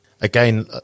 again